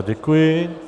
Děkuji.